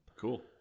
cool